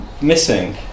missing